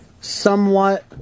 somewhat